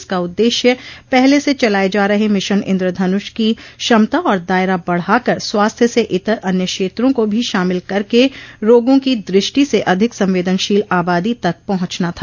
इसका उद्देश्य पहले से चलाए जा रहे मिशन इन्द्रधनुष की क्षमता और दायरा बढ़ाकर स्वास्थ्य से इतर अन्य क्षेत्रों को भी शामिल करके रोगों की दृष्टि से अधिक संवेदनशील आबादी तक पहुंचना था